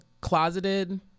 closeted